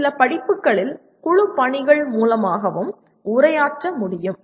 சில படிப்புகளில் குழு பணிகள் மூலமாகவும் உரையாற்ற முடியும்